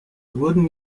wurden